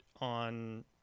on